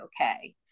okay